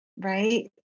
right